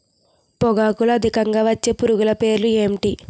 పొగాకులో అధికంగా వచ్చే పురుగుల పేర్లు ఏంటి